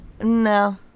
no